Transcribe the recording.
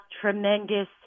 tremendous